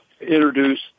introduce